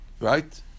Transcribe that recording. right